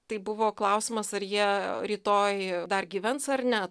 tai buvo klausimas ar jie rytoj dar gyvens ar ne